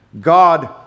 God